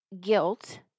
guilt